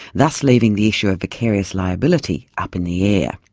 thus leaving the issue of vicarious liability up in the air.